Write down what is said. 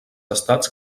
estats